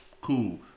cool